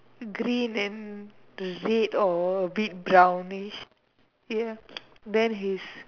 green and red or a bit brownish ya then his